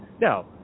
Now